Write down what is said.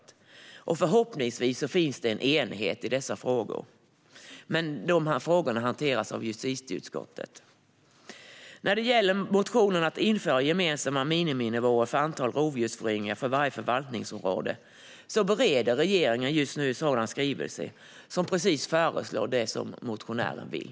Förhoppningsvis finns enighet i dessa frågor, och de hanteras av justitieutskottet. I motionen som rör frågan om länsvisa miniminivåer för minsta antal föryngringar av vissa rovdjur föreslås att dessa ska ersättas med gemensamma miniminivåer för varje förvaltningsområde. Regeringen bereder just nu en sådan skrivelse som föreslår precis det motionären vill.